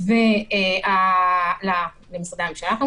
למשרדי הממשלה.